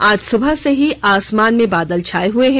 आज सुबह से ही आसमान में बादल छाये हुए हैं